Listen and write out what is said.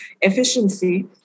efficiency